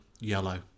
yellow